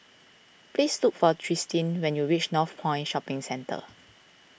please look for Tristin when you reach Northpoint Shopping Centre